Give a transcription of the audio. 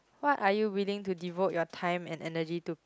what are you willing to devote your time and energy to